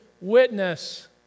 witness